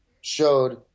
showed